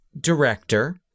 director